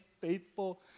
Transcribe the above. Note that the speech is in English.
faithful